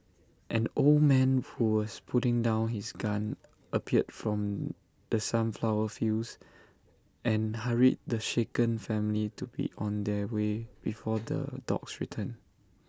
an old man who was putting down his gun appeared from the sunflower fields and hurried the shaken family to be on their way before the dogs return